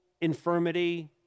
infirmity